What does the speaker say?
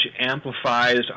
amplifies